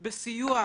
בסיוע,